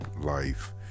life